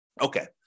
Okay